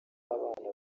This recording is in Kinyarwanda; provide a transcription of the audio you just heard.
abana